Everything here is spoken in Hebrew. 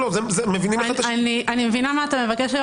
אני מבינה מה אתה מבקש.